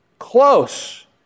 Close